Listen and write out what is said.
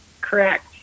Correct